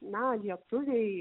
na lietuviai